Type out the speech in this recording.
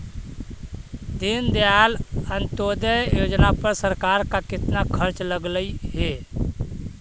दीनदयाल अंत्योदय योजना पर सरकार का कितना खर्चा लगलई हे